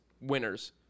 winners